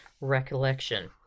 Recollection